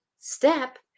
step